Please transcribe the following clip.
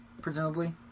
presumably